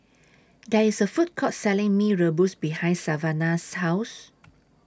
There IS A Food Court Selling Mee Rebus behind Savannah's House